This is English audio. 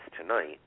tonight